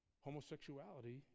homosexuality